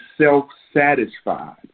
self-satisfied